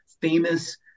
famous